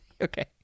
Okay